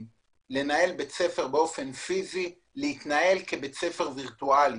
לנהל בית ספר באופן פיזי להתנהל כבית ספר וירטואלי.